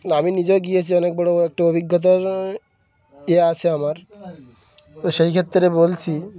আমি নিজেও গিয়েছি অনেক বড়ো একটা অভিজ্ঞতা ইয়ে আছে আমার তো সেইক্ষেত্রে বলছি